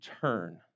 turn